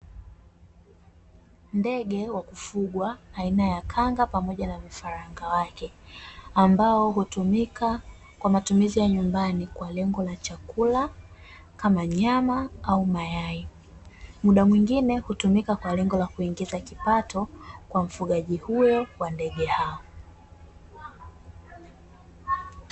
Ndege wa kufugwa aina ya kanga pamoja na vifaranga wake, ambao hutumika kwa matumizi ya nyumbani kwa lengo la chakula, kama nyama au mayai; Muda mwingine hutumika kwa lengo la kuingiza kipato, kwa mfugaji huyo wa ndege hao.